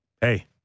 hey